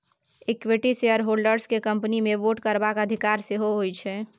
equity shareholders केँ company मे vote करबाक अधिकार सेहो होइ छै